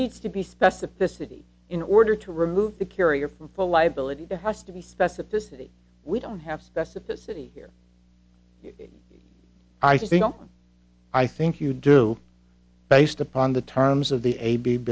needs to be specificity in order to remove the carrier from full life bill it has to be specificity we don't have specificity here i see no i think you do based upon the terms of the a b